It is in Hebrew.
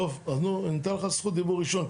טוב, אז אני אתן לך זכות דיבור ראשון.